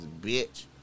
bitch